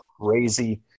crazy